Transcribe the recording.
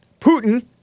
Putin